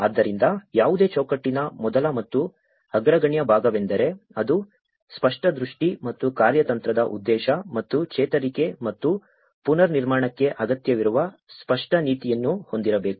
ಆದ್ದರಿಂದ ಯಾವುದೇ ಚೌಕಟ್ಟಿನ ಮೊದಲ ಮತ್ತು ಅಗ್ರಗಣ್ಯ ಭಾಗವೆಂದರೆ ಅದು ಸ್ಪಷ್ಟ ದೃಷ್ಟಿ ಮತ್ತು ಕಾರ್ಯತಂತ್ರದ ಉದ್ದೇಶ ಮತ್ತು ಚೇತರಿಕೆ ಮತ್ತು ಪುನರ್ನಿರ್ಮಾಣಕ್ಕೆ ಅಗತ್ಯವಿರುವ ಸ್ಪಷ್ಟ ನೀತಿಯನ್ನು ಹೊಂದಿರಬೇಕು